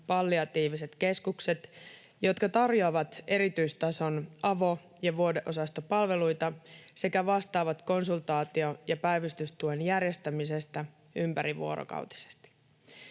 palliatiiviset keskukset, jotka tarjoavat erityistason avo‑ ja vuodeosastopalveluita sekä vastaavat konsultaatio‑ ja päivystystuen järjestämisestä ympärivuorokautisesti.